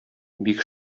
бик